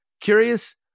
Curious